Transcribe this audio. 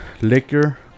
liquor